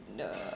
the